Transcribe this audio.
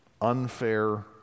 unfair